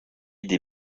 des